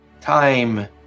Time